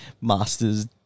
Masters